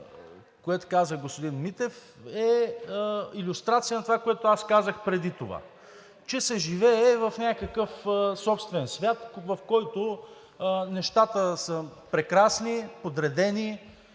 което каза господин Митев, е илюстрация на това, което казах преди това, че се живее в някакъв собствен свят, в който нещата са прекрасни, подредени,